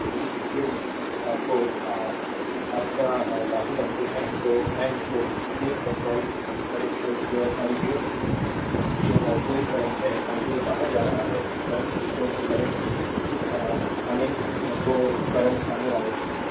तो यदि KCL को your पर लागू करते हैं तो n को a पर कॉल करें तो your i 0 जो कि आउटगोइंग करेंट है I 0 बाहर जा रहा है current 2 करंट आने वाले हैं